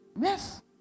Yes